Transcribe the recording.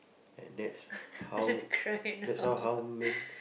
and that's how that's how how man